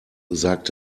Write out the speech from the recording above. sagt